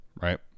right